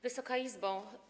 Wysoka Izbo!